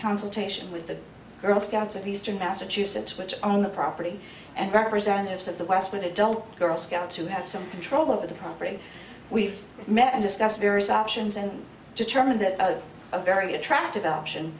consultation with the girl scouts of eastern massachusetts which own the property and representatives of the western adult girl scouts who have some control over the property we've met and discussed various options and determined that a very attractive option